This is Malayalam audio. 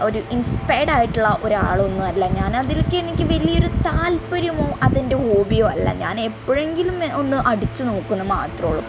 ഒരു ഇൻസ്പയേർഡ് ആയിട്ടുള്ള ഒരാളൊന്നുവല്ല ഞാനതിൽ എനിക്ക് വലിയൊരു താല്പര്യമോ അതെൻ്റെ ഹോബിയോ അല്ല ഞാനെപ്പൊഴങ്കിലും ഒന്ന് അടിച്ചു നോക്കും എന്ന് മാത്രം ഉള്ളു